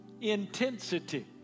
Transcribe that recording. Intensity